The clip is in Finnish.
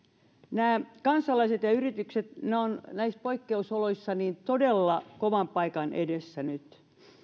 nämä kansalaiset ja yritykset ovat näissä poikkeusoloissa todella kovan paikan edessä nyt